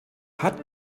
hat